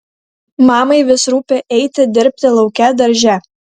mamai vis rūpi eiti dirbti lauke darže